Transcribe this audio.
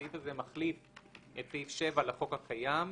הסעיף זה מחליף את סעיף 7 לחוק הקיים,